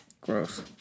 Gross